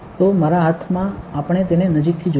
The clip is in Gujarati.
તો મારા હાથમાં આપણે તેને નજીકથી જોઈએ